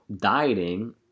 dieting